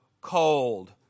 cold